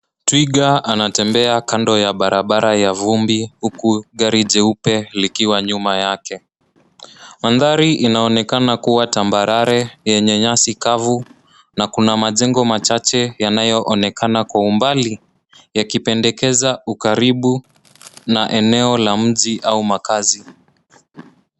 Twiga anatembea kando ya barabara ya vumbi huku gari jeupe likiwa nyuma yake. Mandhari inaonekana kuwa tambarare yenye nyasi kavu na kuna majengo machache yanayoonekana kwa umbali ya kipendekeza ukaribu na eneo la mji au makazi.